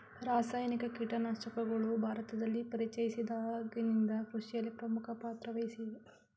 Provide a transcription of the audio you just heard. ರಾಸಾಯನಿಕ ಕೀಟನಾಶಕಗಳು ಭಾರತದಲ್ಲಿ ಪರಿಚಯಿಸಿದಾಗಿನಿಂದ ಕೃಷಿಯಲ್ಲಿ ಪ್ರಮುಖ ಪಾತ್ರ ವಹಿಸಿವೆ